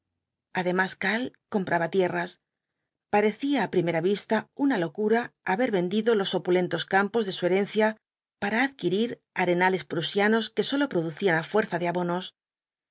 además karl compraba tierras parecía á primera vista una locura haber vendido los opulentos campos de su herencia para adquirir arenales prusianos que sólo producían á fuerza de abonos